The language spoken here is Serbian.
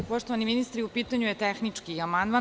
Poštovani ministri, u pitanju je tehnički amandman.